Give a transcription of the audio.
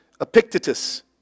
Epictetus